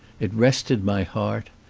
it rested my heart.